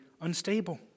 unstable